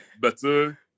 Better